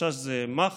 החשש הוא מח"ש,